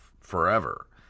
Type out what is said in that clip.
forever